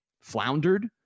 floundered